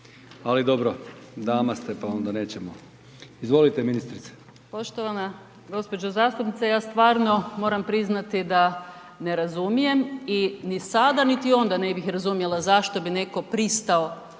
Ali dobro, dama ste pa onda nećemo. Izvolite ministrice. **Divjak, Blaženka** Poštovana gospođo zastupnice. Ja stvarno moram priznati da ne razumijem i ni sada niti onda ne bih razumjela zašto bi neko pristao